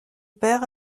père